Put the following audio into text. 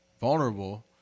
vulnerable